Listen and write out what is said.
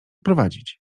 odprowadzić